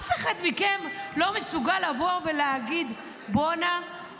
אף אחד מכם לא מסוגל לבוא ולהגיד: בוא'נה,